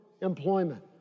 employment